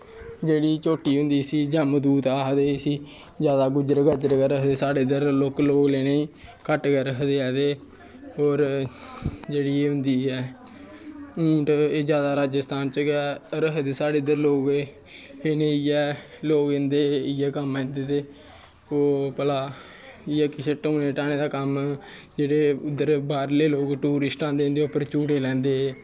जेह्ड़ी झोट्टी होंदी इस्सी जम्म दूत आखदे जिस्सी गुज्जर गज्जर गै रखदे साढ़े इद्धर लोकल लोक नेईं घट्ट गै रखदे ऐ ते होर जेह्ड़ी होंदी ऐ ऊंट जादै राजस्थान च गै रखदे साढ़ै इद्धर लोग इं'दे इ'यै कम्म आंदे ते इ'यै भला किश ढोने ढाने दा कम्म इद्धर टूरिस्ट लोग आंदे उं'दे उप्पर झूटे लैंदे